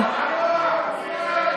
22), התשע"ז